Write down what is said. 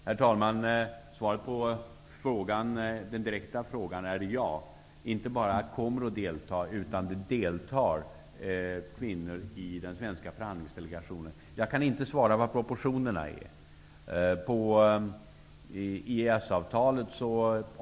Herr talman! Svaret på den direkta frågan är ja. Kvinnor kommer inte bara att delta, utan de deltar i den svenska förhandlingsdelegationen. Jag kan inte svara på frågan hur proportionerna är.